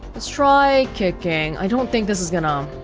let's try kicking, i don't think this is gonna um